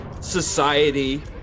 society